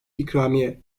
ikramiye